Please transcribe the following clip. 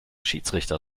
schiedsrichter